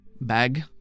bag